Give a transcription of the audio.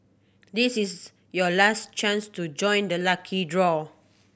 this is your last chance to join the lucky draw